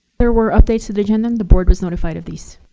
there were updates to the agenda. and the board was notified of these.